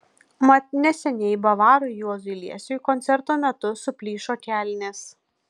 mat neseniai bavarui juozui liesiui koncerto metu suplyšo kelnės